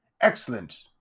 Excellent